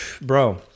Bro